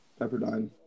Pepperdine